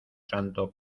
santo